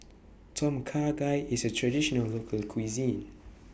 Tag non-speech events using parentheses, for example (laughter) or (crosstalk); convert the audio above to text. (noise) vTom Kha Gai IS A Traditional Local Cuisine